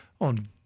on